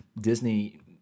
Disney